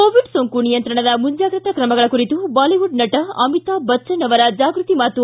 Covid ಸೋಂಕು ನಿಯಂತ್ರಣದ ಮುಂಜಾಗ್ರತಾ ಕ್ರಮಗಳ ಕುರಿತು ಬಾಲಿವುಡ್ ನಟ ಅಮಿತಾಬ್ ಬಚ್ವನ್ ಅವರ ಜಾಗೃತಿ ಮಾತು